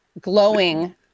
glowing